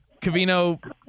Kavino